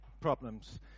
problems